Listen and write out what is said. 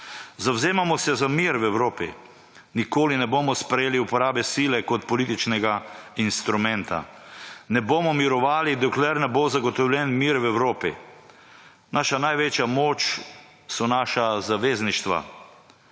Zavzemamo se za mir v Evropi. Nikoli ne bomo sprejeli uporabe sile kot političnega instrumenta. Ne bomo mirovali, dokler ne bo zagotovljen mir v Evropi. Naša največja moč so naša zavezništva.